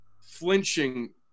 flinching